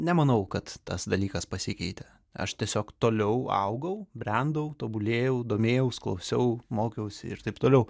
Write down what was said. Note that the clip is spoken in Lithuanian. nemanau kad tas dalykas pasikeitė aš tiesiog toliau augau brendau tobulėjau domėjaus klausiau mokiausi ir taip toliau